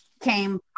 came